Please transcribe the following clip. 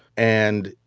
and,